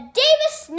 davis